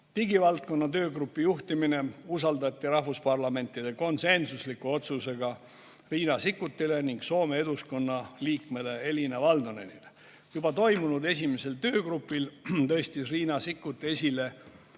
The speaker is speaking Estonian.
Digivaldkonna töögrupi juhtimine usaldati rahvusparlamentide konsensusliku otsusega Riina Sikkutile ning Soome Eduskunna liikmele Elina Valtonenile. Juba toimunud esimesel töögrupi istungil tõstis Riina Sikkut esile